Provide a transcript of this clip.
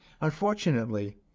Unfortunately